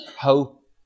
hope